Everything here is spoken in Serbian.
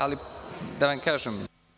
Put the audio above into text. Ali, da vam kažem…